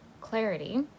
clarity